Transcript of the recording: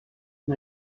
amb